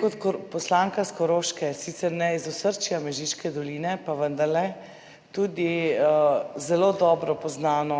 Kot poslanka iz Koroške, sicer ne iz osrčja Mežiške doline, pa vendarle, tudi zelo dobro poznam